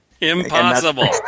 Impossible